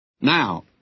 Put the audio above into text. Now